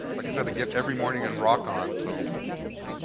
like i said to get every morning and rock on so.